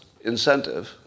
incentive